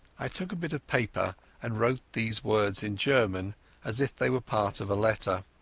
i took a bit of paper and wrote these words in german as if they were part of a lettera.